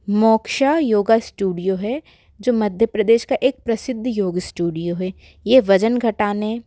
moksha yoga studio है जो मध्य प्रदेश का एक प्रसिद्ध योग स्टूडियो है ये वज़न घटाने